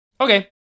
Okay